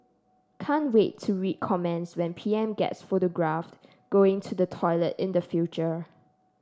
can't wait to read comments when P M gets photographed going to the toilet in the future